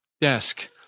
desk